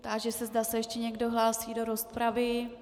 Táži se, zda se ještě někdo hlásí do rozpravy.